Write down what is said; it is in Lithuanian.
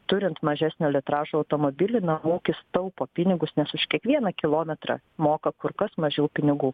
turint mažesnio litražo automobilį namų ūkis taupo pinigus nes už kiekvieną kilometrą moka kur kas mažiau pinigų